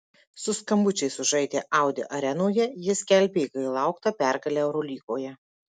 su skambučiais sužaidę audi arenoje jie skelbė ilgai lauktą pergalę eurolygoje